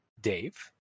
Dave